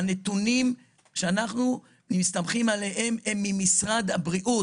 הנתונים שאנחנו מסתמכים עליהם הם ממשרד הבריאות,